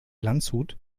landshut